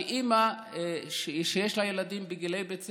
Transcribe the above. שאימא שיש לה ילדים בגילאי בית ספר,